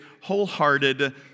wholehearted